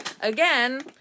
Again